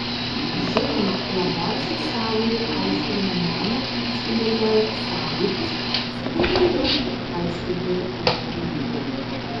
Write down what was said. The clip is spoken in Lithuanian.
žinoma labiausiai savąjį aiškinimo meną stimuliuoja sąlytis su genialiu aiškintoju ar jo veikalu